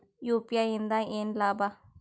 UPI ಇಂದ ಏನ್ ಲಾಭ?